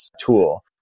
tool